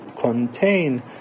contain